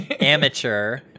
amateur